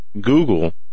Google